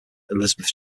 elizabeth